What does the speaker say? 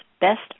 best